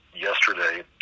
yesterday